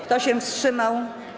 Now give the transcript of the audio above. Kto się wstrzymał?